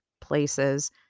places